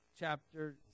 chapter